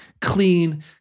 clean